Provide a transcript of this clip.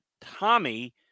Tommy